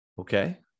Okay